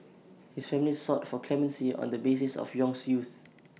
his family sought for clemency on the basis of Yong's youth